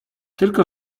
tylko